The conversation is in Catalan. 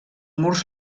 murs